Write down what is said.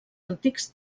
antics